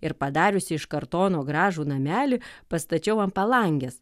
ir padariusi iš kartono gražų namelį pastačiau ant palangės